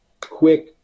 quick